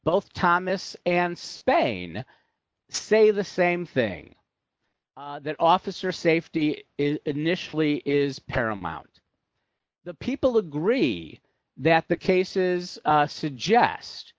both thomas and spain say the same thing that officer safety is initially is paramount the people agree that the cases suggest